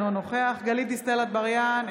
אינו נוכח גלית דיסטל אטבריאן,